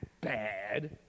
bad